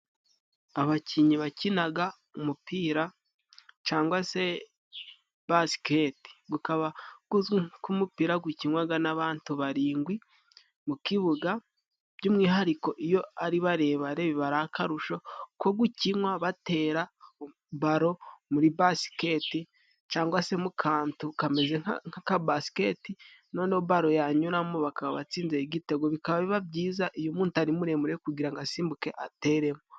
Abakinnyi bakinaga umupira cangwa se basiketi bukaba buzwi nk'umupira gukinwaga nabantu baringwi mu kibuga by'umwihariko iyo ari barebare biba ari akarusho ko gukinywa batera baro muri basikete cyangwa se mukantu kameze nkaka basiketi noneho baro yanyuramo bakaba batsinze igitego bikaba biba byiza iyo umutari muremure kugira asimbuke ateremo.